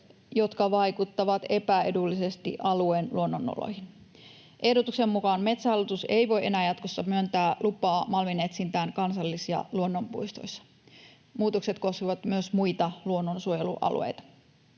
jotka vaikuttavat epäedullisesti alueen luonnonoloihin. Ehdotuksen mukaan Metsähallitus ei voi enää jatkossa myöntää lupaa malminetsintään kansallis- ja luonnonpuistoissa. Muutokset koskevat myös muita luonnonsuojelualueita.